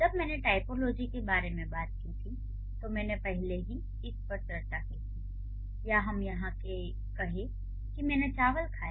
जब मैंने टाइपोलॉजी के बारे में बात की थी तो मैंने पहले ही इस पर चर्चा की थी या हम यहाँ ये कहें कि मैंने चावल खाया